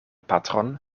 patron